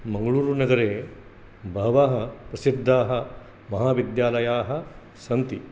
मङ्गळूरुनगरे बहवः प्रसिद्धाः महाविद्यालयाः सन्ति